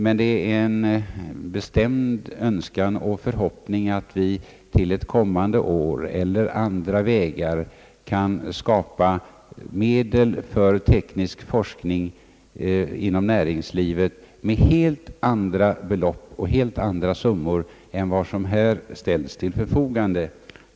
Men det är en bestämd önskan och förhoppning att vi till ett kommande år, skall kunna skapa medel för teknisk forskning inom näringslivet med helt andra belopp än vad som hittills ställts till förfogande.